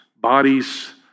bodies